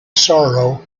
sorrow